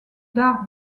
d’art